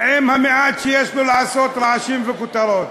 עם המעט שיש לו לעשות רעשים וכותרות.